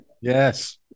Yes